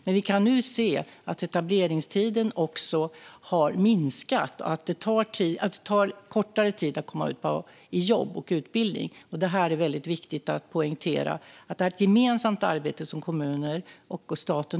Men vi kan nu se att etableringstiden har minskat och det tar kortare tid att komma ut i jobb och utbildning. Det är viktigt att poängtera att detta är ett gemensamt arbete för kommunerna och staten.